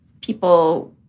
people